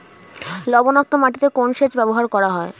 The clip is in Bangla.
লবণাক্ত মাটিতে কোন সেচ ব্যবহার করা হয়?